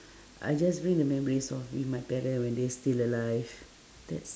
I just bring the memories of with my parent when they still alive that's